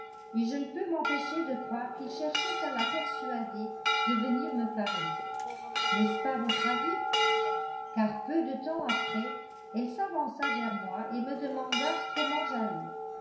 et je ne peux m'empêcher de croire qu'il cherchait à la persuader de venir me parler n'est-ce pas votre avis car peu de temps après elle s'avança vers moi et me demanda comment j'allais